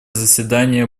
заседания